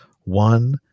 One